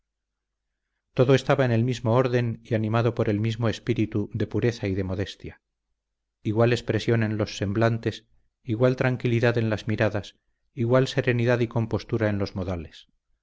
todo estaba en el mismo orden y animado por el mismo espíritu de pureza y de modestia igual expresión en los semblantes igual tranquilidad en las miradas igual serenidad y compostura en los modales